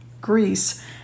Greece